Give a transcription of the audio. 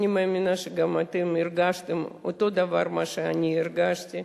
אני מאמינה שגם אתם הרגשתם אותו הדבר שאני הרגשתי,